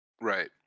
right